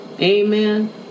Amen